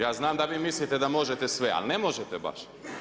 Ja znam da vi mislite da možete sve, ali ne možete baš.